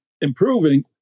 improving